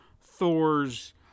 Thor's